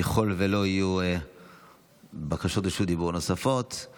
ככל שלא יהיו בקשות רשות דיבור נוספות,